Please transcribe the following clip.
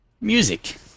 Music